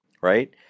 right